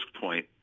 point